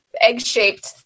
egg-shaped